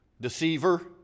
deceiver